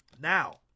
Now